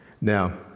Now